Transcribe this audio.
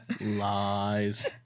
lies